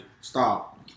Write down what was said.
stop